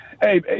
Hey